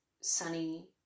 sunny